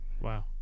Wow